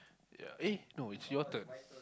ya eh not it's your turn